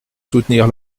soutenir